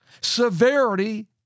Severity